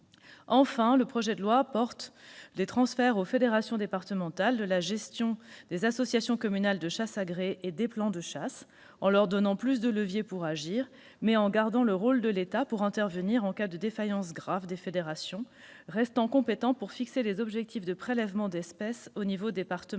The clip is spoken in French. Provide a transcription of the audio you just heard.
Enfin, le projet de loi prévoit le transfert aux fédérations départementales de la gestion des associations communales de chasse agréées, les ACCA, et des plans de chasse, en leur donnant davantage de leviers pour agir. L'État interviendra en cas de défaillance grave des fédérations, et restera compétent pour fixer les objectifs de prélèvements d'espèces au niveau départemental.